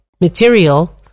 material